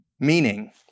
Meaning